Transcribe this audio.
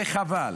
וחבל.